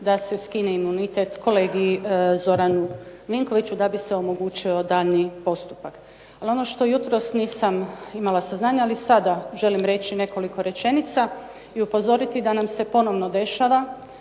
da se skine imunitet kolegi Zoranu Vinkoviću da bi se omogućio daljnji postupak. No ono što jutros nisam imala saznanja, ali sada želim reći nekoliko rečenica i upozoriti da nam se ponovno dešava